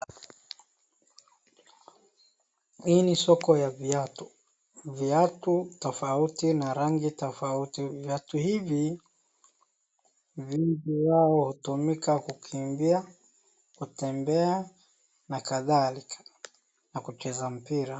Hii ni soko ya viatu. Viatu tofauti na rangi tofauti. Viatu hivi, vingi zao hutumika kukimbia, kutembea na kadhalika, na kucheza mpira.